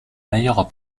meilleure